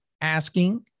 asking